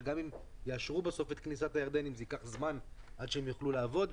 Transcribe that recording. שגם אם יאשרו בסוף את כניסת הירדנים זה ייקח זמן עד שהם יוכלו לעבוד.